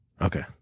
Okay